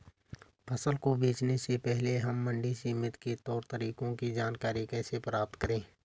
फसल को बेचने से पहले हम मंडी समिति के तौर तरीकों की जानकारी कैसे प्राप्त करें?